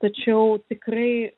tačiau tikrai